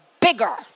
bigger